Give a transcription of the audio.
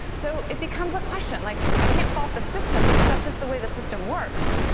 so it becomes a question, like, i can't fault the system because that's just the way the system works.